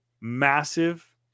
massive